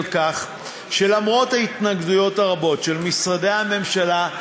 על כך שלמרות ההתנגדויות הרבות של משרדי הממשלה,